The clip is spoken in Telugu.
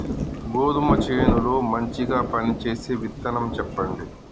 గోధుమ చేను లో మంచిగా పనిచేసే విత్తనం చెప్పండి?